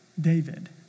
David